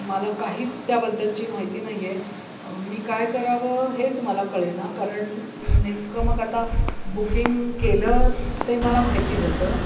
मला काहीच त्याबद्दलची माहिती नाही आहे मी काय करावं हेच मला कळेना कारण नेमकं मग आता बुकिंग केलं ते मला माहिती होतं